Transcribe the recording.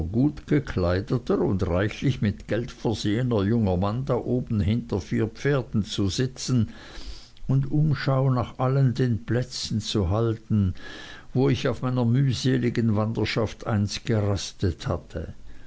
gutgekleideter und reichlich mit geld versehener junger mann da oben hinter vier pferden zu sitzen und umschau nach allen den plätzen zu halten wo ich auf meiner mühseligen wanderschaft einst gerastet hatte